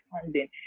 funding